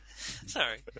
Sorry